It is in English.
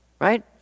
Right